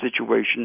situation